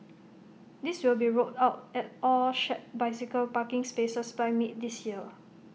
these will be rolled out at all shared bicycle parking spaces by mid this year